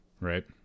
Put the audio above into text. Right